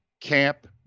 camp